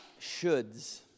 shoulds